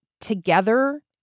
together